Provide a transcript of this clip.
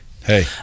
Hey